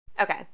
Okay